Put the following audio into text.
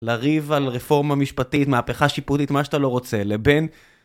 לריב על רפורמה משפטית, מהפכה שיפוטית, מה שאתה לא רוצה, לבין...